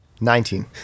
Nineteen